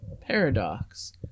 paradox